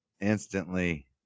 instantly